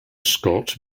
scott